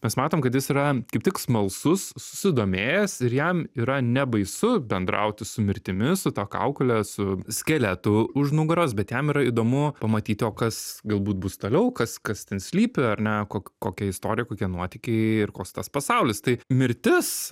mes matom kad jis yra kaip tik smalsus susidomėjęs ir jam yra nebaisu bendrauti su mirtimi su ta kaukole su skeletu už nugaros bet jam yra įdomu pamatyti o kas galbūt bus toliau kas kas ten slypi ar ne ko kokia istorija kokie nuotykiai ir koks tas pasaulis tai mirtis